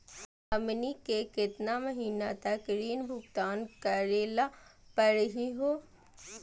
हमनी के केतना महीनों तक ऋण भुगतान करेला परही हो?